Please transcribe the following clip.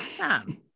Awesome